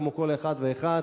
כמו כל אחד ואחד.